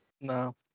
No